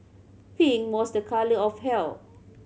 pink was a colour of health